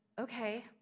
okay